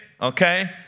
okay